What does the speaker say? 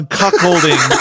cuckolding